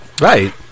Right